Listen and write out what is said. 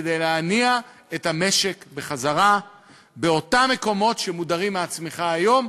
כדי להניע את המשק בחזרה באותם מקומות שמודרים מהצמיחה היום,